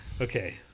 Okay